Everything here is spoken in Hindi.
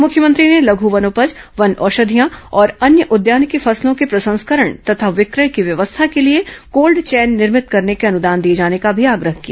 मुख्यमंत्री ने लघू वनोपज वन औषधियां और अन्य उद्यानिकी फसलों के प्रसंस्करण तथा विक्रय की व्यवस्था के लिए कोल्ड चैन निर्मित करने अनुदान दिए जाने का भी आग्रह किया